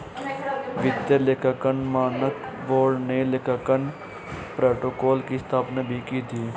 वित्तीय लेखांकन मानक बोर्ड ने लेखांकन प्रोटोकॉल की स्थापना भी की थी